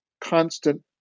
constant